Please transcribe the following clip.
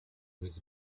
with